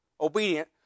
obedient